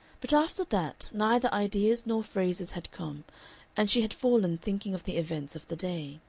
but after that neither ideas nor phrases had come and she had fallen thinking of the events of the day.